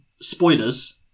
spoilers